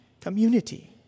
Community